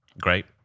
great